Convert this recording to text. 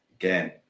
Again